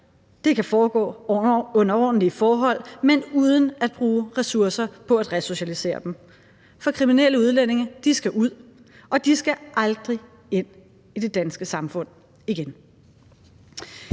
Det kan foregå under ordentlige forhold, men uden at bruge ressourcer på at resocialisere dem. For kriminelle udlændinge skal ud, og de skal aldrig ind i det danske samfund igen.